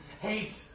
hate